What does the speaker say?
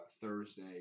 Thursday